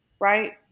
right